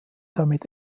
damit